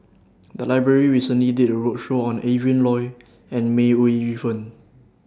The Library recently did A roadshow on Adrin Loi and May Ooi Yu Fen